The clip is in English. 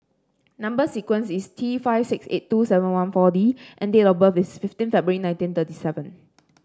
number sequence is T five six eight two seven one four D and date of birth is fifteen February nineteen thirty seven